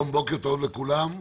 בוקר טוב לכולם.